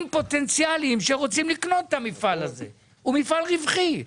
פוטנציאלים שרוצים לקנות את המפעל הזה כי הוא מפעל רווחי,